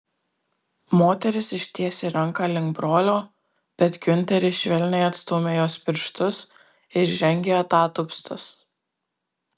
moteris ištiesė ranką link brolio bet giunteris švelniai atstūmė jos pirštus ir žengė atatupstas